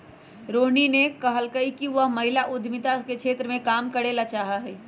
रोहिणी ने कहल कई कि वह महिला उद्यमिता के क्षेत्र में काम करे ला चाहा हई